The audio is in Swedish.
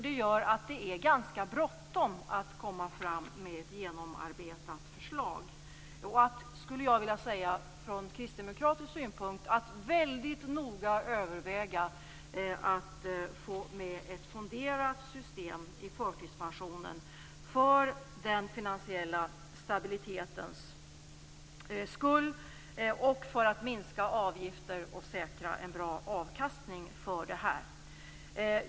Det gör att det är ganska bråttom med att komma fram med ett genomarbetat förslag. Från kristdemokratisk synpunkt skulle jag vilja säga att det är viktigt att man väldigt noga överväger att ta med ett fonderat system i förtidspensionen för den finansiella stabilitetens skull och för att minska avgifterna och säkra en bra avkastning.